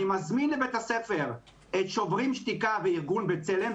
אני מזמין לבית הספר את שוברים את שתיקה וארגון בצלם,